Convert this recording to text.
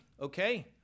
okay